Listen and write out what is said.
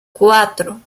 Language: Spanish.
cuatro